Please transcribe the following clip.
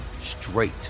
straight